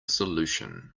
solution